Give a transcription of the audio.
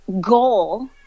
goal